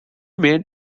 made